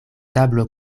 tablo